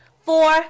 four